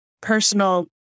personal